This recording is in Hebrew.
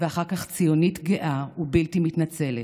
ואחר כך ציונית גאה ובלתי מתנצלת,